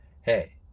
hey